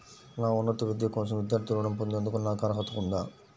నా ఉన్నత విద్య కోసం విద్యార్థి రుణం పొందేందుకు నాకు అర్హత ఉందా?